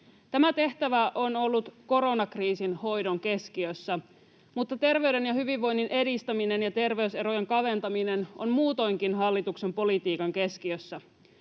Tämä tehtävä on ollut koronakriisin hoidon keskiössä, mutta terveyden ja hyvinvoinnin edistäminen ja terveys-erojen kaventaminen on muutoinkin hallituksen politiikan keskiössä.